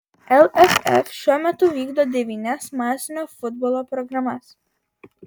lff šiuo metu vykdo devynias masinio futbolo programas